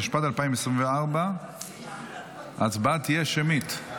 התשפ"ד 2024. ההצבעה תהיה שמית.